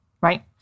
right